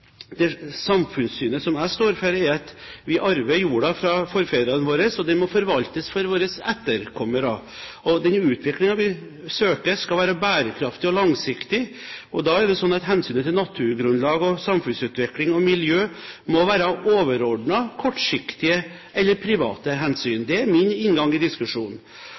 det samfunnssynet som jeg står for, er at vi arver jorda fra forfedrene våre, og den må forvaltes for våre etterkommere. Den utviklingen vi søker, skal være bærekraftig og langsiktig, og da er det sånn at hensynet til naturgrunnlag, samfunnsutvikling og miljø må være overordnet kortsiktige eller private hensyn. Det er min inngang til diskusjonen.